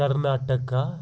Karnataka